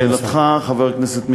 אז לשאלתך, חבר הכנסת מיכאלי,